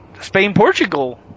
Spain-Portugal